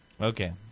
Okay